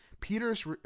Peter's